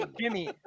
Jimmy